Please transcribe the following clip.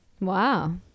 wow